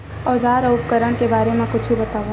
औजार अउ उपकरण के बारे मा कुछु बतावव?